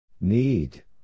Need